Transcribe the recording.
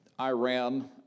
Iran